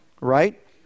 Right